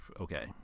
Okay